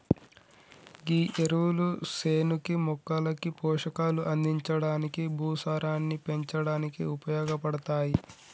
గీ ఎరువులు సేనుకి మొక్కలకి పోషకాలు అందించడానికి, భూసారాన్ని పెంచడానికి ఉపయోగపడతాయి